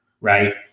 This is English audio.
right